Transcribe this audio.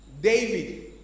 David